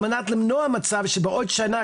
על מנת למנוע מצב שבעוד שנה,